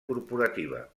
corporativa